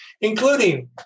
including